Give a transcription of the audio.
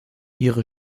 ihre